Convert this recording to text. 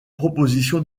proposition